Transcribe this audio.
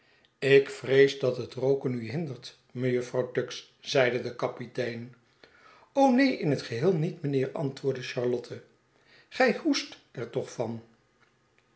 ik vrees dat het rooken u hindert mejuffer tuggs zeide de kapitein neen in het geheel niet mynheer antwoordde charlotte gij hoest er toch van